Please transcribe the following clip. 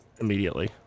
immediately